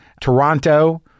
Toronto